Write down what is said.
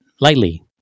lightly